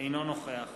אינו נוכח